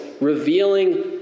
revealing